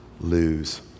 lose